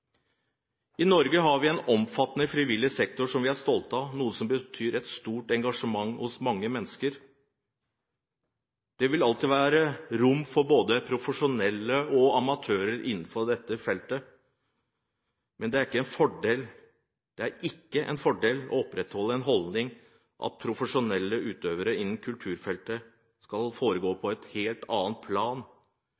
I Norge har vi en omfattende frivillig sektor som vi er stolte av, noe som betyr et stort engasjement hos mange mennesker. Det vil alltid være rom for både profesjonelle og amatører innenfor dette feltet, men det er ikke en fordel å opprettholde en holdning om at profesjonell utøvelse innen kulturfeltet skal foregå